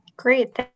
Great